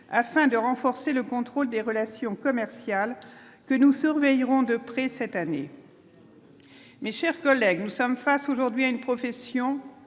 afin de renforcer le contrôle des relations commerciales que nous surveillerons de près cette année. Mes chers collègues, nous sommes face aujourd'hui à une profession